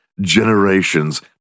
generations